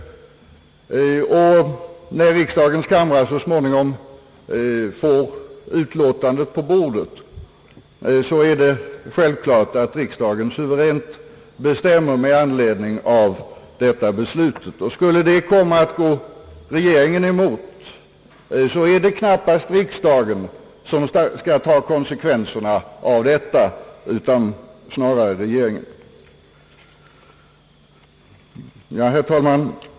När riksdagens kamrar så småningom får utlåtandet från utskottet på bordet, är det självklart att riksdagen suveränt fattar sitt beslut. Skulle det komma att gå regeringen emot, är det knappast riksdagen, som skall ta konsekvenserna av detta, utan snarare regeringen. Herr talman!